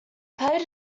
played